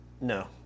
No